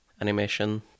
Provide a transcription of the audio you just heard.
animation